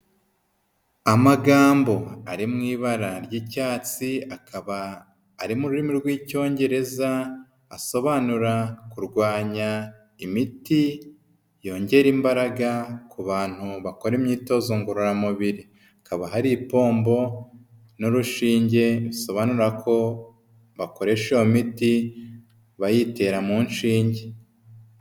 Amagambo ari mu ibara ry'icyatsi, akaba ari mu rurimi rw'icyongereza asobanura kurwanya imiti yongera imbaraga ku bantu bakora imyitozo ngororamubiri hakaba hari ipombo n'urushinge bisobanura ko bakoresha iyo miti bayitera mu nshinge.